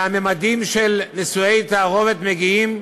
והממדים של נישואי תערובות מגיעים